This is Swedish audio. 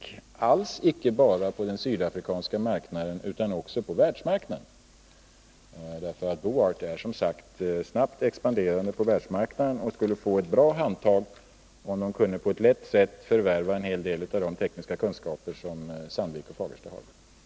Det gäller alls icke bara på den sydafrikanska marknaden utan också på världsmarknaden. Boart är ju som sagt ett snabbt expanderande företag på världsmarknaden och skulle få ett bra handtag om man så lätt kunde förvärva en hel del av de tekniska kunskaper som Sandvik och Fagersta har.